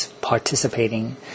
participating